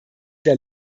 der